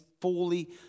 fully